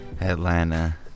Atlanta